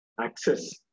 access